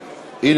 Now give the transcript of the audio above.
אבישי.